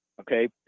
Okay